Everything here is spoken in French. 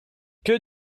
que